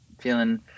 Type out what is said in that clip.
feeling